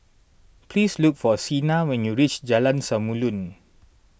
please look for Cena when you reach Jalan Samulun